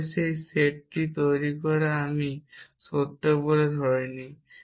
তাহলে সেট টি তৈরি করে আমি সত্য বলে ধরে নিই